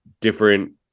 different